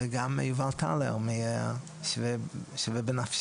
וגם יובל טלר מ"שווה בנפשך",